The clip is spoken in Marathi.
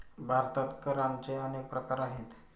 भारतात करांचे अनेक प्रकार आहेत